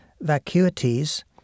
vacuities